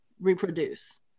reproduce